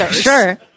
Sure